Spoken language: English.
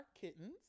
kittens